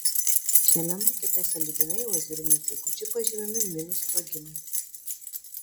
šiame makete sąlyginai lazeriniu zuikučiu pažymimi minų sprogimai